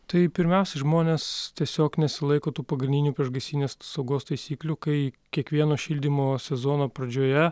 tai pirmiausia žmonės tiesiog nesilaiko tų pagrindinių priešgaisrinės saugos taisyklių kai kiekvieno šildymo sezono pradžioje